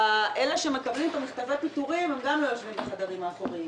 אלה שמקבלים את מכתבי הפיטורים גם לא יושבים בחדרים האחוריים.